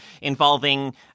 involving